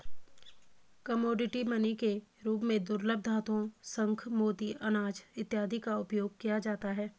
commodity money के रूप में दुर्लभ धातुओं शंख मोती अनाज इत्यादि का उपयोग किया जाता है